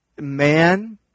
man